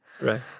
Right